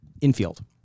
infield